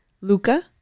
luca